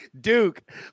Duke